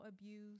abuse